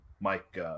Mike